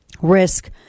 risk